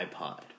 iPod